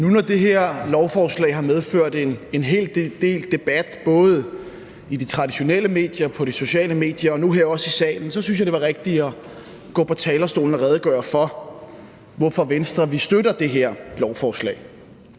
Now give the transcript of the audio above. Nu når det her lovforslag har medført en hel del debat både i de traditionelle medier og på de sociale medier og nu også her i salen, så synes jeg, det var rigtigere at gå på talerstolen og redegøre for, hvorfor Venstre støtter det her lovforslag.